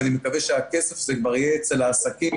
אני מקווה שהכסף כבר יהיה אצל העסקים,